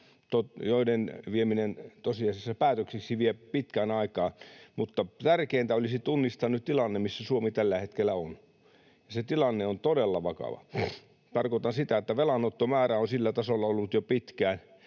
joiden vieminen tosiasiallisiksi päätöksiksi vie pitkän aikaa, mutta tärkeintä olisi tunnistaa nyt tilanne, missä Suomi tällä hetkellä on, ja se tilanne on todella vakava. Tarkoitan sitä, että velanottomäärä on sillä tasolla ollut jo pitkään.